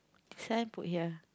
this one put here